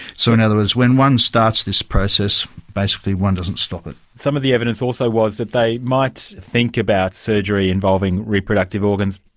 so in other words, when one starts this process, basically one doesn't stop it. some of the evidence also was that they might think about surgery involving reproductive organs.